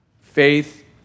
Faith